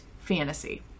fantasy